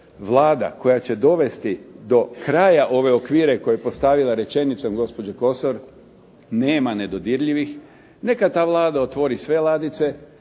Vlada koja će dovesti do kraja ove okvire koje je postavila rečenicom gospođa Kosor, nema nedodirljivih. Neka ta Vlada otvori sve ladice,